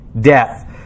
death